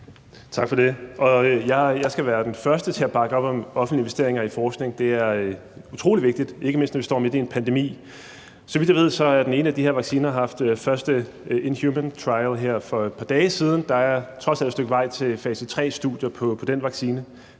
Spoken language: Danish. Tak for det. Jeg skal være den første til at bakke op om offentlige investeringer i forskning. Det er utroligt vigtigt, ikke mindst når vi står midt i en pandemi. Så vidt jeg ved, har den ene af de her vacciner haft first in human-trial her for et par dage siden, og der er trods alt et stykke vej til fase tre-studier på den vaccine,